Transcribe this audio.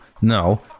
no